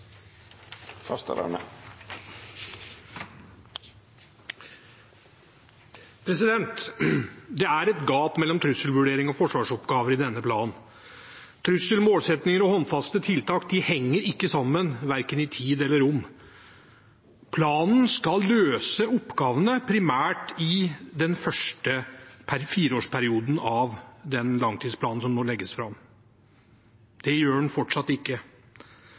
Det er et gap mellom trusselvurdering og forsvarsoppgaver i denne planen. Trussel, målsettinger og håndfaste tiltak henger ikke sammen verken i tid eller rom. Planen skal løse oppgavene primært i den første fireårsperioden av langtidsplanen som nå legges fram. Det gjør den fortsatt